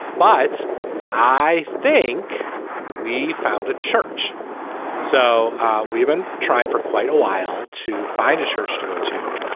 but i think we found a church so we've been trying for quite a while to find a church to go to.